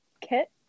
Kit